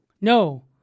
No